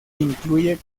incluye